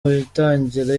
witangira